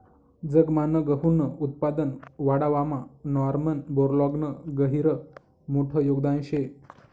जगमान गहूनं उत्पादन वाढावामा नॉर्मन बोरलॉगनं गहिरं मोठं योगदान शे